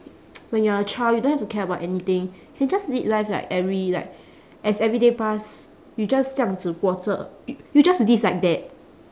when you're a child you don't have to care about anything can just lead life like every like as every day pass you just 这样子过着: zhe yang zi guo zhe you just live like that